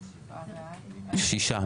שישה.